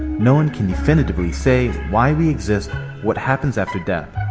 no one can definitively say why we exist or what happens after death,